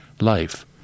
life